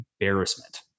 embarrassment